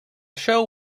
show